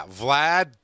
Vlad